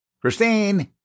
Christine